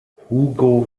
hugo